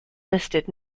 listed